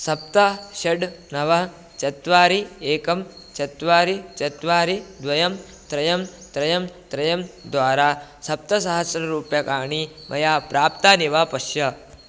सप्त षड् नव चत्वारि एकं चत्वारि चत्वारि द्वयं त्रीणि त्रीणि त्रीणि द्वारा सप्तसहस्रं रूप्यकाणि मया प्राप्तानि वा पश्य